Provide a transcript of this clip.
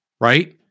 right